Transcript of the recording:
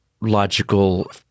logical